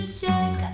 check